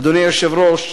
אדוני היושב-ראש,